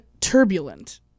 turbulent